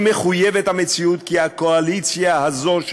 היא מחויבת המציאות כי הקואליציה הזאת,